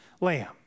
lamb